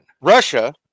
Russia